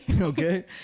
Okay